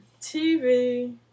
TV